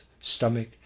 stomach